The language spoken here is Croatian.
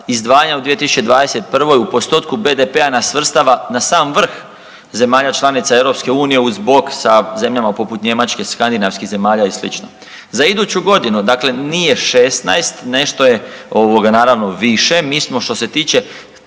izdvajanja u 2021. u postotku BDP-a nas svrstava na sam vrh zemalja članica Europske unije uz bok sa zemljama poput Njemačke, Skandinavskih zemalja i sl. Za iduću godinu, dakle nije šesnaest, nešto je ovoga naravno više. Mi smo što se tiče